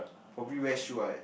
probably wear shoe ah